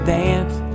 dance